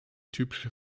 typische